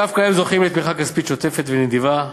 דווקא הם זוכים לתמיכה כספית שוטפת ונדיבה,